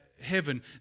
heaven